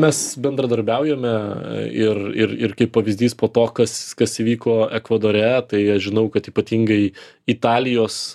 mes bendradarbiaujame ir ir ir kaip pavyzdys po to kas kas įvyko ekvadore tai aš žinau kad ypatingai italijos